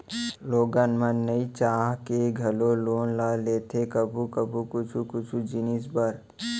लोगन मन नइ चाह के घलौ लोन ल लेथे कभू कभू कुछु कुछु जिनिस बर